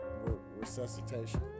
resuscitation